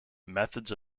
methods